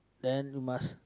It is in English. then you must